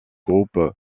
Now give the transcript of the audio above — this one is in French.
groupe